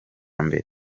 mbere